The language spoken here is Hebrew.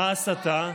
מה ההסתה?